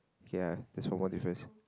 K ah that's one more difference